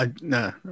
No